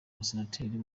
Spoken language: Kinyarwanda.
umusenateri